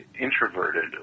introverted